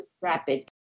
rapid